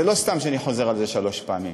זה לא סתם שאני חוזר על זה שלוש פעמים.